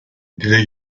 dile